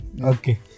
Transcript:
Okay